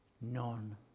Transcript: none